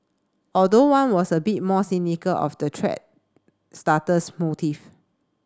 although one was a bit more cynical of the thread starter's motive